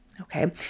Okay